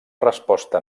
resposta